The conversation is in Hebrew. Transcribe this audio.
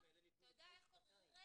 שמות שלושת הילדים האלה ניתנו לפני שנתיים.